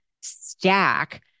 stack